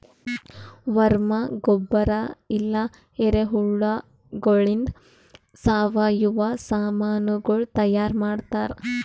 worm ಗೊಬ್ಬರ ಇಲ್ಲಾ ಎರೆಹುಳಗೊಳಿಂದ್ ಸಾವಯವ ಸಾಮನಗೊಳ್ ತೈಯಾರ್ ಮಾಡ್ತಾರ್